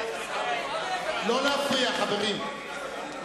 לא נתקבלה.